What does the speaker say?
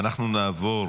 אנחנו נעבור